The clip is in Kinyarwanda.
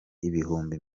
ibihumbi